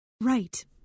Right